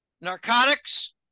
Narcotics